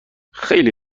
خیلی